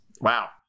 Wow